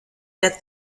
der